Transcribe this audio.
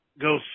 go